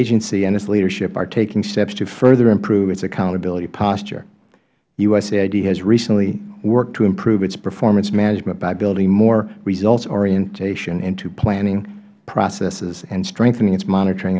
agency and its leadership are taking steps to further improve its accountability posture usaid has recently worked to improve its performance management by building more results orientation into planning processes and strengthening its monitoring